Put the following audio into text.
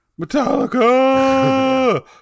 Metallica